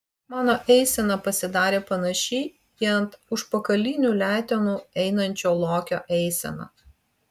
mano eisena pasidarė panaši į ant užpakalinių letenų einančio lokio eiseną